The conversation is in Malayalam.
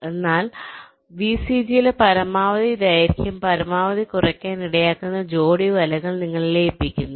അതിനാൽ വിസിജിയിലെ പരമാവധി ദൈർഘ്യം പരമാവധി കുറയ്ക്കാൻ ഇടയാക്കുന്ന ജോഡി വലകൾ നിങ്ങൾ ലയിപ്പിക്കുന്നു